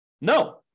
No